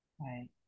Right